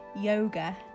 yoga